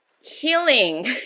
Healing